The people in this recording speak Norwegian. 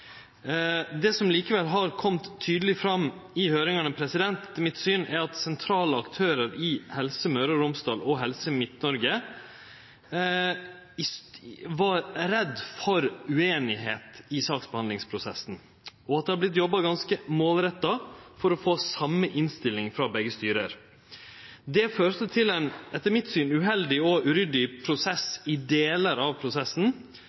Det som likevel har kome tydeleg fram i høyringane – etter mitt syn – er at sentrale aktørar i Helse Møre og Romsdal og Helse Midt-Noreg var redde for ueinigheit i saksbehandlingsprosessen, og at det vart jobba ganske målretta for å få den same innstillinga frå begge styra. Det førte til ein – etter mitt syn – uheldig og uryddig prosess i delar av prosessen,